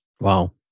Wow